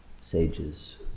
sages